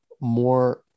more